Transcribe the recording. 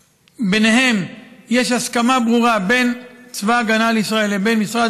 עליהם יש הסכמה ברורה בין צבא ההגנה לישראל לבין משרד